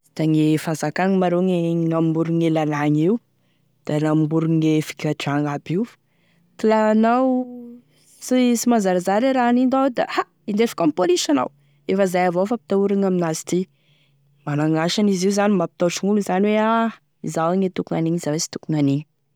Da gne fazakagny ma rô e mamorogny lalagny io da la mamorogny gne figadragny aby io ka la anao sy manzarinzary aby e raha aninao da a hindesiko amin'ny polisy anao efa izay avao fampitahoragny amin'azy ty, da gn'asany izy io zany mampitahotry gn'olo zany da izao gne tokony ho anigny da izao e sy tokony ho anigny.